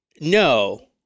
No